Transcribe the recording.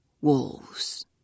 wolves